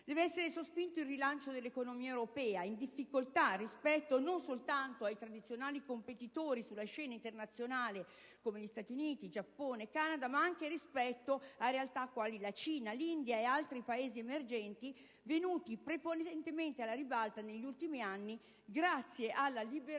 deve essere sospinto il rilancio dell'economia europea, in difficoltà rispetto non solo ai tradizionali competitori sulla scena internazionale, quali Stati Uniti, Giappone, Canada, ma anche rispetto a realtà quali la Cina, l'India e altri Paesi emergenti, venuti prepotentemente alla ribalta negli ultimi anni, grazie alla liberalizzazione